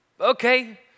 okay